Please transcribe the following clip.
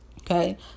Okay